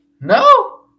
No